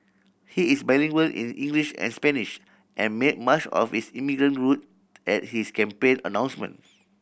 he is bilingual in English and Spanish and made much of his immigrant root at his campaign announcement